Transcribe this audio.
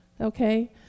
Okay